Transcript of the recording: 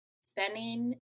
spending